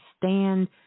stand